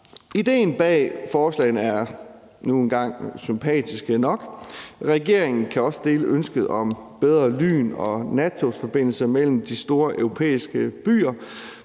Idéen bag forslagene er nu engang sympatisk nok. Regeringen kan også dele ønsket om bedre lyn- og nattogsforbindelser mellem de store europæiske byer.